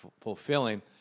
fulfilling